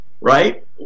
right